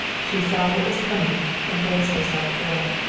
she saw what was coming and braced herself for it.